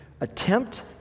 attempt